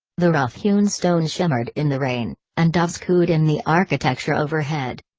the rough-hewn stone shimmered in the rain, and doves cooed in the architecture overhead.